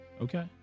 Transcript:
Okay